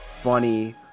funny